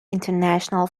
international